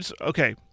okay